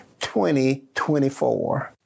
2024